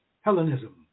Hellenism